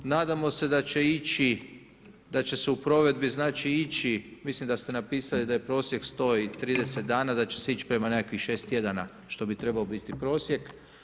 Nadamo se da će ići, da će se u provedbi znači ići, mislim da ste napisali da je prosjek 130 dana, da će se ići prema nekakvih 6 tjedana što bi trebao biti prosjek.